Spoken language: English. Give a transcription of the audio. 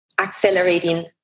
accelerating